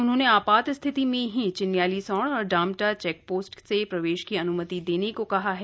उन्होंने आपात स्थिति में ही चिन्यालीसौड़ और डामटा चेक पोस्ट से प्रवेश की अन्मति देने को कहा है